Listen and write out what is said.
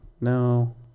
No